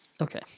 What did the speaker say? Okay